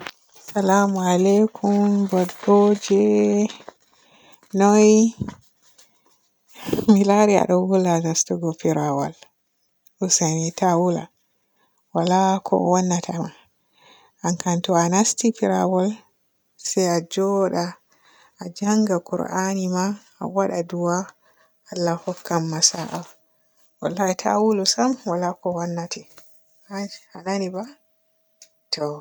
Salama alikum, bodɗoji noy? Mi laari a hoola nastugo firawol, useni ta hoola, waala ko o wannatama. An kam to a nasti firawol a njooda a njannga qur'ani ma, a waada du'a Allah hokkan ma sa'a. Wallahi ta hoolu sam waala ko wannate a nani ba to.